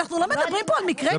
אנחנו לא מדברים פה על מקרי קיצון.